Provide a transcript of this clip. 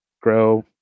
grow